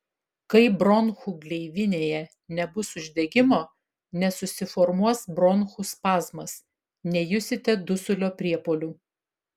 kai bronchų gleivinėje nebus uždegimo nesusiformuos bronchų spazmas nejusite dusulio priepuolių